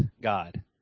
God